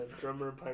Drummer